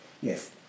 Yes